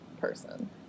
person